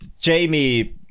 Jamie